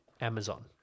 Amazon